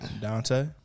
Dante